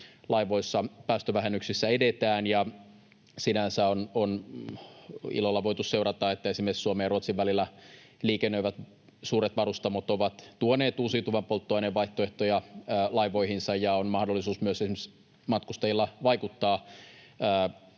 laivojen päästövähennyksissä edetään, ja sinänsä on ilolla voitu seurata, että esimerkiksi Suomen ja Ruotsin välillä liikennöivät suuret varustamot ovat tuoneet uusiutuvan polttoaineen vaihtoehtoja laivoihinsa ja myös esimerkiksi matkustajilla on